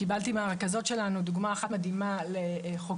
קיבלתי מהרכזות שלנו דוגמה אחת מדהימה לחוקרת